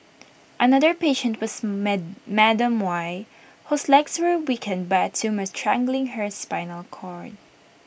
another patient was Madam Y whose legs were weakened by A tumour strangling her spinal cord